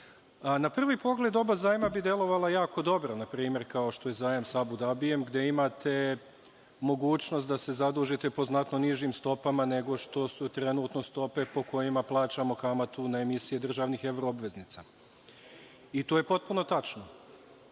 prvi pogled oba zajma bi delovala jako dobro, npr, kao što je zajam sa Abu Dabijem, gde imate mogućnost da se zadužite po znatno nižim stopama nego što su trenutno stope po kojima plaćamo kamatu na emisije državnih evroobveznica. To je potpuno tačno.